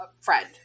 friend